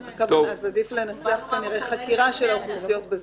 עדיף לנסח, כנראה: "חקירה של האוכלוסיות בזנות".